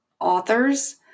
authors